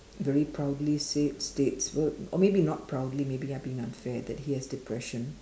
very proudly said uh or maybe not proudly maybe I'm being unfair that he has depression